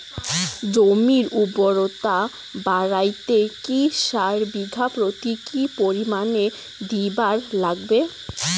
জমির উর্বরতা বাড়াইতে কি সার বিঘা প্রতি কি পরিমাণে দিবার লাগবে?